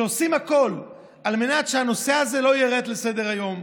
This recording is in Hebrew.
שעושים הכול על מנת שהנושא הזה לא ירד מסדר-היום.